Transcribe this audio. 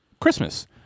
Christmas